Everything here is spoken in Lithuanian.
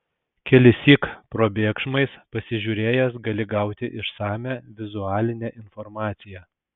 kelissyk probėgšmais pasižiūrėjęs gali gauti išsamią vizualinę informaciją